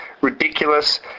ridiculous